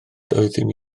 doeddwn